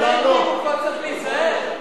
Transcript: פה צריך להיזהר.